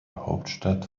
hauptstadt